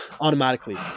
automatically